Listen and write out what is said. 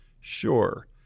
sure